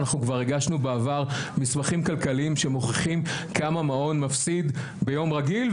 אנחנו הגשנו בעבר מסמכים כלכליים שמוכיחים כמה מעון מפסיד ביום רגיל,